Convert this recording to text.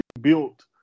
built